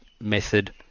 method